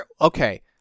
Okay